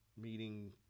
meeting